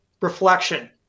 reflection